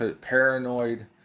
paranoid